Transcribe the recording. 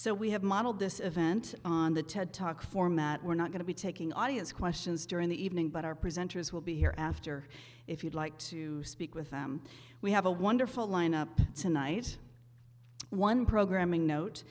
so we have modeled this event on the ted talk format we're not going to be taking audience questions during the evening but our presenters will be here after if you'd like to speak with them we have a wonderful line up tonight one programming note